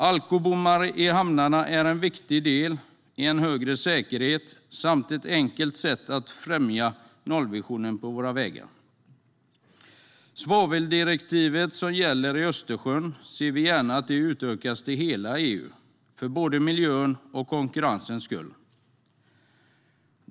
Alkobommar i hamnarna är en viktig del i en högre säkerhet samt ett enkelt sätt att främja nollvisionen på våra vägar. Svaveldirektivet, som gäller i Östersjön, ser vi gärna utökat till hela EU för både miljöns och konkurrensens skull.